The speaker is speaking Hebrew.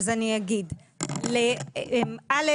א',